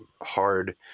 hard